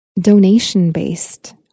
donation-based